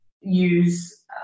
use